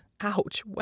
Ouch